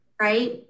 Right